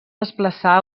desplaçar